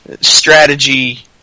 strategy